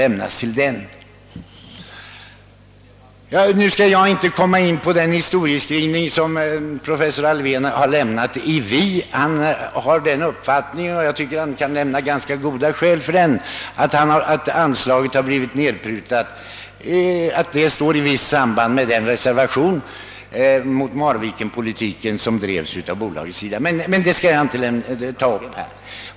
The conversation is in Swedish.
Jag skall inte gå in på professor Alfvéns historieskrivning i Vi. Han har den uppfattningen — och jag tycker att han kan ange goda skäl för den — att anslagets nedprutning står i samband med reservationen mot den Marvikenpolitik som drevs av bolaget.